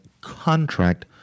contract